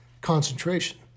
concentration